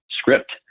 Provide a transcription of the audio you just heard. script